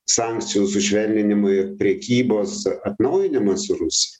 sankcijų sušvelninimui ir prekybos atnaujinimas su rusija